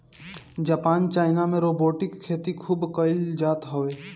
Japan China में robotic खेती खूब कईल जात हवे